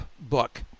book